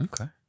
okay